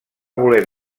voler